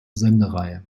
sendereihe